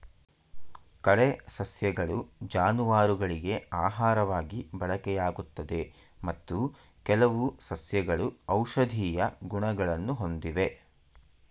ಕಳೆ ಸಸ್ಯಗಳು ಜಾನುವಾರುಗಳಿಗೆ ಆಹಾರವಾಗಿ ಬಳಕೆಯಾಗುತ್ತದೆ ಮತ್ತು ಕೆಲವು ಸಸ್ಯಗಳು ಔಷಧೀಯ ಗುಣಗಳನ್ನು ಹೊಂದಿವೆ